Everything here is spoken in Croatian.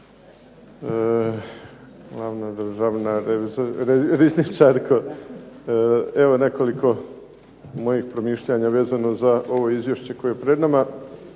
Hvala.